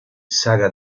saga